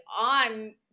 on